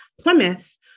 Plymouth